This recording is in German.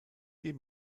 die